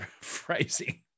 phrasing